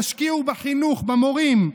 תשקיעו בחינוך, במורים.